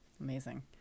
Amazing